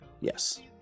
yes